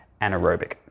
anaerobic